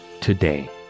today